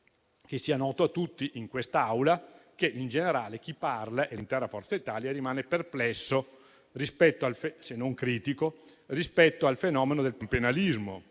che sia noto a tutti in quest'Aula che in generale chi parla e l'intero Gruppo di Forza Italia rimane perplesso, se non critico, rispetto al fenomeno del panpenalismo,